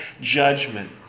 judgment